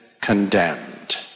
condemned